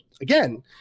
again